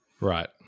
right